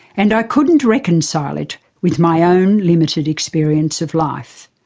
and i couldn't reconcile it with my own limited experience of life.